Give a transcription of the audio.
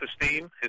esteem